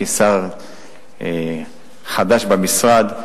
כשר חדש במשרד.